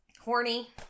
horny